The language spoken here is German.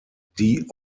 die